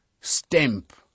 stamp